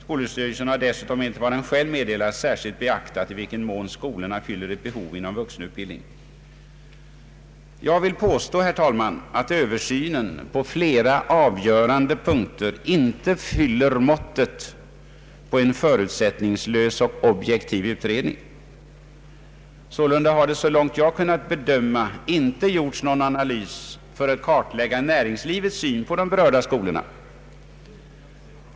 Skolöverstyrelsen har dessutom enligt vad den själv meddelar särskilt beaktat i vilken mån skolorna fyller ett behov inom vuxenutbildningen. Jag vill påstå, herr talman, att översynen på flera avgörande punkter inte fyller kraven på en förutsättningslös och objektiv utredning. Sålunda har det så långt jag kunnat bedöma inte gjorts någon analys för att kartlägga näringslivets syn på de berörda skolorna.